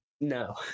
No